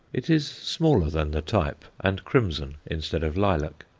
it is smaller than the type, and crimson instead of lilac.